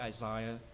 Isaiah